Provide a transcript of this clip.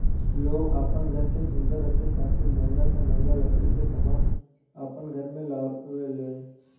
लोग आपन घर के सुंदर रखे खातिर महंगा से महंगा लकड़ी के समान अपन घर में लगावे लेन